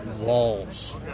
walls